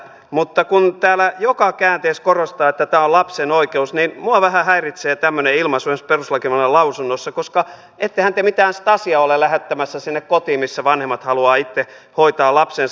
mutta kun täällä joka käänteessä korostetaan että tämä on lapsen oikeus niin minua vähän häiritsee tämmöinen ilmaisu myös perustuslakivaliokunnan lausunnossa koska ettehän te mitään stasia ole lähettämässä sinne kotiin missä vanhemmat haluavat itse hoitaa lapsensa